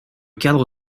cadre